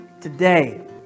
Today